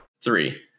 Three